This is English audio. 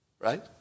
right